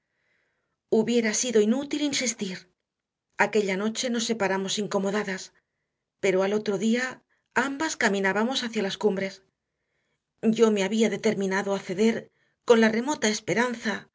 hubiera sido inútil insistir aquella noche nos separamos incomodadas pero al otro día ambas caminábamos hacia las cumbres yo me había determinado a ceder con la remota esperanza